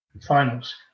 finals